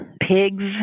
Pigs